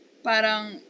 parang